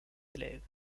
élèves